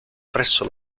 presso